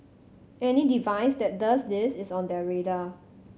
any device that does this is on their radar